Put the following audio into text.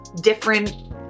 different